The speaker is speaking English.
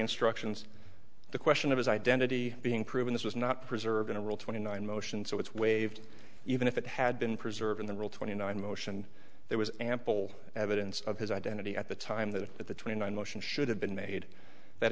instructions the question of his identity being proven this was not preserved in a rule twenty nine motions so it's waived even if it had been preserved in the rule twenty nine motion there was ample evidence of his identity at the time that the twenty nine motion should have been made that